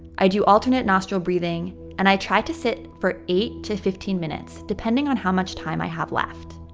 i do alternate nostril breathing and i try to sit for eight to fifteen minutes depending on how much time i have left.